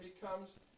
becomes